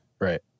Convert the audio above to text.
Right